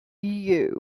you